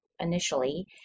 initially